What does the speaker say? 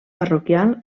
parroquial